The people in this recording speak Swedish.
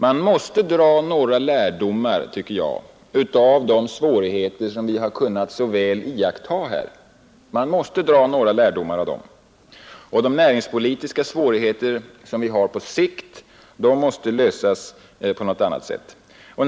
Man måste dra några lärdomar av de svårigheter vi så väl kunnat iaktta Nr 66 här. De näringspolitiska svårigheter vi har på sikt måste lösas på något Onsdagen den annat sätt.